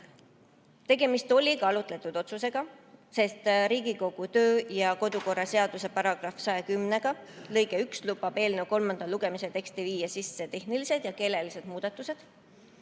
Tegemist oli kaalutletud otsusega, sest Riigikogu kodu- ja töökorra seaduse § 110 lõige 1 lubab eelnõu kolmanda lugemise teksti viia sisse tehnilised ja keelelised muudatused.